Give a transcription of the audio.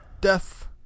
Death